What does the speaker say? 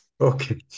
Okay